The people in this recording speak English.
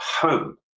home